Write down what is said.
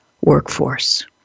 workforce